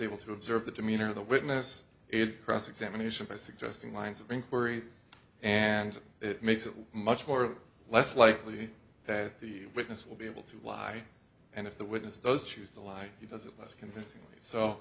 able to observe the demeanor of the witness is cross examination by suggesting lines of inquiry and it makes it much more or less likely that the witness will be able to lie and if the witness does choose to lie he does it less convincing so